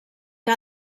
que